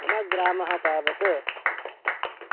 मम ग्रामः तावत्